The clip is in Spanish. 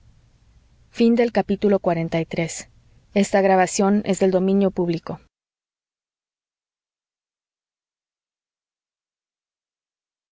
usted es el